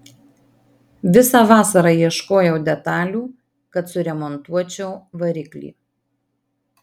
visą vasarą ieškojau detalių kad suremontuočiau variklį